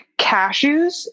cashews